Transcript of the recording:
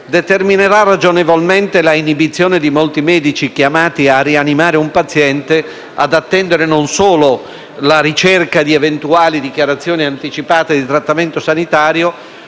determinerà ragionevolmente l'inibizione di molti medici, chiamati a rianimare un paziente, ad attendere non solo la ricerca di eventuali dichiarazioni anticipate di trattamento sanitario,